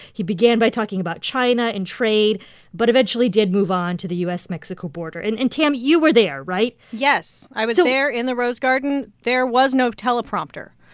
he began by talking about china and trade but eventually did move on to the u s mexico border. and and, tam, you were there, right? yes. i was ah there in the rose garden. there was no teleprompter.